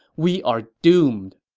we are doomed!